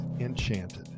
enchanted